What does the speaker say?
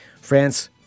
France